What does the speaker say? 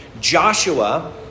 Joshua